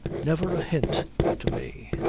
never a hint to me.